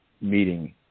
meeting